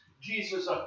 Jesus